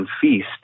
feast